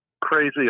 crazy